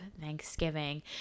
Thanksgiving